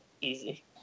easy